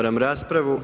raspravu.